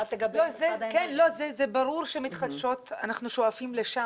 זה ברור שאנחנו שואפים לגבי המתחדשות.